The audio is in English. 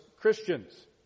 Christians